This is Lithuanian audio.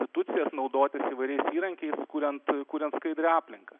institucijas naudotis įvairiais įrankiais kuriant kuriant skaidrią aplinką